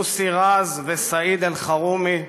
מוסי רז וסעיד אלחרומי,